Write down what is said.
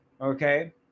okay